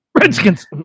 Redskins